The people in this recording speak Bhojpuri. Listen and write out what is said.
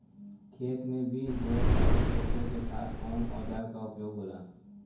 खेत में बीज बोए खातिर ट्रैक्टर के साथ कउना औजार क उपयोग होला?